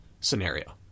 scenario